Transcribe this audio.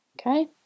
okay